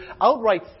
outright